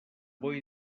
boi